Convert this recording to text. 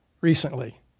recently